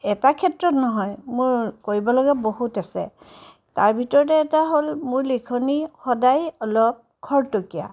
এটা ক্ষেত্ৰত নহয় মোৰ কৰিবলগীয়া বহুত আছে তাৰ ভিতৰতে এটা হ'ল মোৰ লিখনি সদায় অলপ খৰতকীয়া